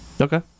Okay